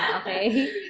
okay